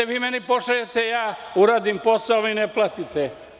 Vi meni pošaljete, ja uradim posao, a vi ne platite.